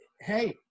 hey